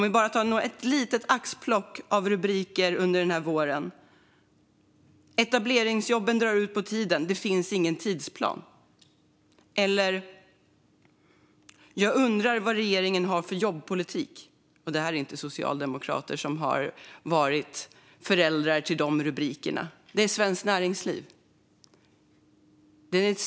Vi kan ta bara ett litet axplock av rubriker under våren: "Etableringsjobben drar ut på tiden - 'finns ingen tidplan'" och "Jag undrar vad regeringen har för jobbpolitik." Det är inte socialdemokrater som är föräldrar till dessa rubriker, utan det är Svenskt Näringsliv.